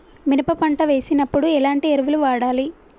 మినప పంట వేసినప్పుడు ఎలాంటి ఎరువులు వాడాలి?